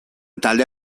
talde